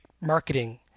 marketing